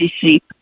sheep